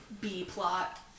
B-plot